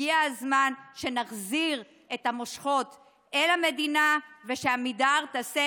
הגיע הזמן שנחזיר את המושכות אל המדינה ושעמידר תעשה